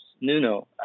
Nuno